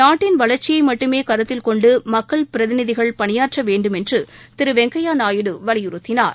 நாட்டின் வளர்ச்சியை மட்டுமே கருத்தில் கொண்டு மக்கள் பிரதிநிதிகள் பணியாற்ற வேண்டும் என்று திரு வெங்கையா நாயுடு வலியுறுத்தினார்